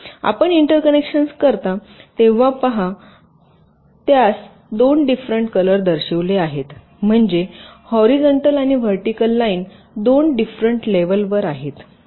आपण इंटरकनेक्शन्स करता तेव्हा पहा त्यास दोन डिफरेंट कलर दर्शविले आहेत म्हणजे हॉरीझॉन्टल आणि व्हर्टिकल लाईन दोन डिफरेंट लेवलवर आहेत